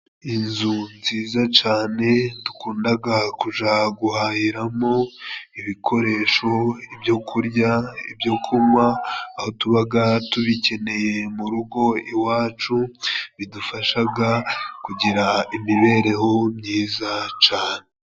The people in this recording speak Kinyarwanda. Inzu nziza cyane dukunda kujya guhahiramo ibikoresho, ibyo kurya, ibyo kunywa, aho tuba tubikeneye mu rugo iwacu. Bidufasha kugira imibereho myiza cyane.